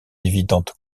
évidente